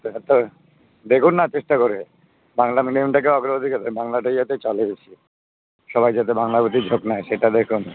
সেটা তো দেখুন না চেষ্টা করে বাংলার নিয়মটাকে অগ্রাধিকার বাংলাটা যাতে চলে বেশি সবাই যাতে বাংলার প্রতি ঝোঁক নেয় সেটা দেখুন